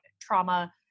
trauma